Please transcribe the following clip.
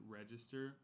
register